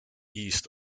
east